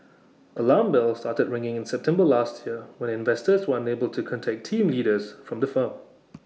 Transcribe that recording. alarm bells started ringing in September last year when investors were unable to contact team leaders from the firm